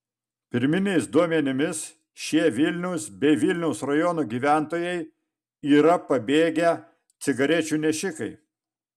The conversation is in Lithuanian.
pirminiais duomenimis šie vilniaus bei vilniaus rajono gyventojai yra pabėgę cigarečių nešikai